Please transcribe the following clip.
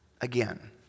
again